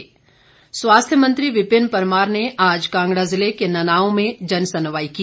विपिन परमार स्वास्थ्य मंत्री विपिन परमार ने आज कांगड़ा जिले के ननाओं में जनसुनवाई की